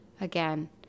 again